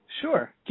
Sure